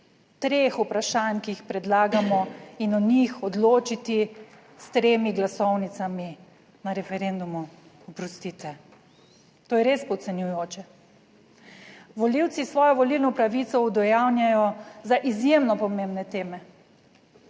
treh vprašanj, ki jih predlagamo, in o njih odločiti s tremi glasovnicami na referendumu. Oprostite, to je res podcenjujoče! Volivci svojo volilno pravico udejanjajo za izjemno pomembne teme.